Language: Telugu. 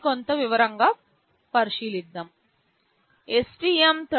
మరికొంత వివరంగా పరిశీలిద్దాం